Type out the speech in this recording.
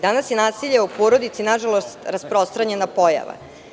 Danas je nasilje u porodici na žalost rasprostranjena pojava.